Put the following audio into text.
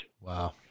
Wow